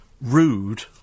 rude